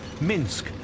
Minsk